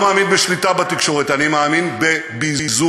אני לא מאמין בשליטה בתקשורת, אני מאמין בביזור.